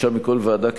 שישה מכל ועדה,